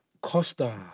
Costa